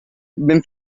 ben